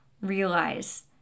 realize